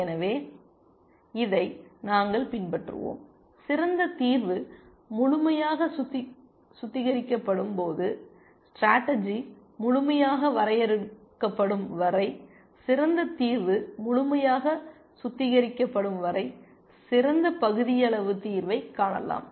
எனவே இதை நாங்கள் பின்பற்றுவோம் சிறந்த தீர்வு முழுமையாக சுத்திகரிக்கப்படும் போது ஸ்டேடர்ஜி முழுமையாக வரையறுக்கப்படும் வரை சிறந்த தீர்வு முழுமையாக சுத்திகரிக்கப்படும் வரை சிறந்த பகுதியளவு தீர்வைக் காணலாம்